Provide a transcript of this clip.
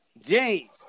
James